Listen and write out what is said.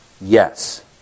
Yes